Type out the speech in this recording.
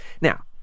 Now